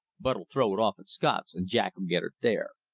bud'll throw it off at scott's, and jack'll get it there.